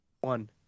one